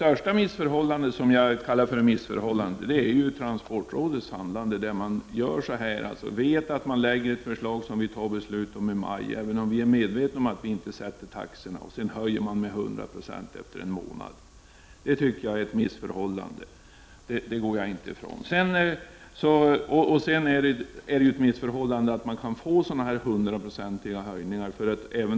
Fru talman! Det största missförhållandet är transportrådets handlande. Rådet lägger alltså fram ett förslag, som man vet att vi fattar beslut om i maj, men så höjer man efter en månad taxan med 100 96. Jag vidhåller att det är ett missförhållande. Det är också ett missförhållande att det kan uppstå hundraprocentiga höjningar.